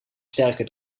sterke